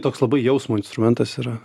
toks labai jausmo instrumentas yra